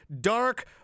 dark